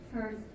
First